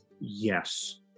Yes